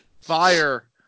fire